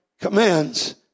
commands